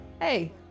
hey